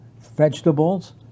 vegetables